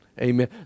Amen